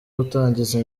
gutangiza